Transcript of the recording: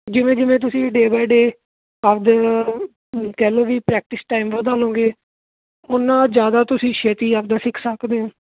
ਜਿਵੇਂ ਜਿਵੇਂ ਤੁਸੀਂ ਡੇ ਬਾਏ ਡੇ ਕਰਦੇ ਕਹਿ ਲਓ ਵੀ ਪ੍ਰੈਕਟਿਸ ਟਾਈਮ ਵਧਾ ਲੋਗੇ ਉੱਨਾ ਜ਼ਿਆਦਾ ਤੁਸੀਂ ਛੇਤੀ ਆਪਦਾ ਸਿੱਖ ਸਕਦੇ ਆ